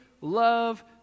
love